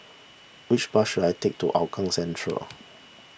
which bus should I take to Hougang Central